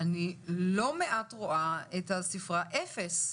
אני רואה לא מעט את הספרה אפס.